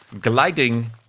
Gliding